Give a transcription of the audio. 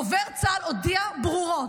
דובר צה"ל הודיע ברורות,